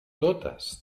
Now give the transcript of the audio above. totes